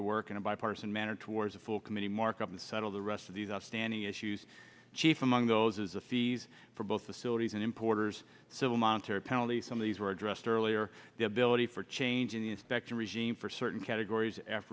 to work in a bipartisan manner towards a full committee markup to settle the rest of these outstanding issues chief among those is the fees for both facilities and importers civil monetary penalties some of these were addressed earlier the ability for change in the inspection regime for certain categories